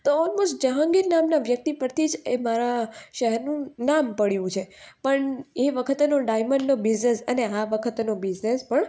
તો ઓલમોસ્ટ જહાંગીર નામના વ્યક્તિ પરથી જ એ મારા શહેરનું નામ પડયું છે પણ એ વખતનો ડાયમંડનો બિઝનેસ અને આ વખતનો બિઝનેસ પણ